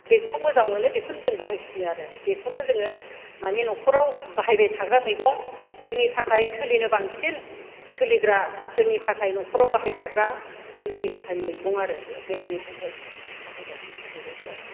बेखौ मोजां मोनो बेखौनो जों बाहायसिनो आरो बेखौनो जोङो माने न'खराव बाहायबाय थाग्रा मैगं जोंनि थाखाय सोलिनो बांसिन सोलिग्रा जोंनि थाखाय न'खराव बाहायजाग्रा बे जोंनि थाखाय मैगं आरो बेयो देहानि थाखाय बाहायगग्रा बेबायदि आरो